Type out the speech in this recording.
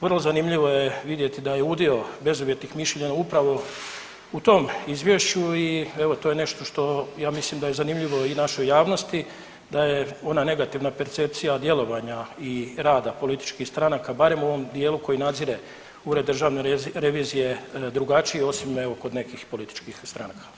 Vrlo zanimljivo je vidjeti da je udio bezuvjetnih mišljenja upravo u tom izvješću i evo to je nešto što je zanimljivo i našoj javnosti da je ona negativna percepcija djelovanja i rada političkih stranaka barem u ovom dijelu koji nadzire Ured državne revizije drugačiji osim evo kod nekih političkih stranaka.